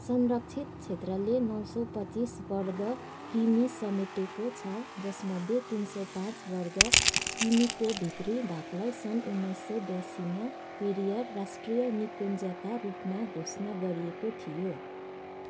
संरक्षित क्षेत्रले नौ सौ पच्चिस वर्ग किमी समेटेको छ जसमध्ये तिन सौ पाँच वर्ग किमीको भित्री भागलाई सन् उन्नाइस सय बयासीमा पेरियार राष्ट्रिय निकुञ्जका रूपमा घोषणा गरिएको थियो